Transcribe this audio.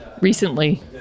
recently